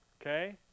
okay